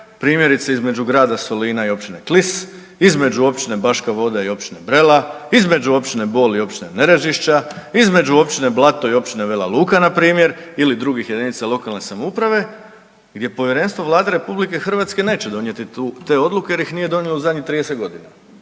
primjerice između grada Solina i općine Klis, između općine Baška Voda i općine Brela, između općine Bol i općine Nerežišća, između općina Blato i općine Vela Luka, npr. ili drugih jedinica lokalne samouprave gdje Povjerenstvo Vlade RH neće donijeti te odluke jer ih nije donijela u zadnjih 30 godina